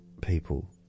people